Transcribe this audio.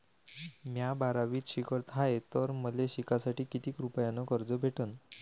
म्या बारावीत शिकत हाय तर मले शिकासाठी किती रुपयान कर्ज भेटन?